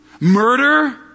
Murder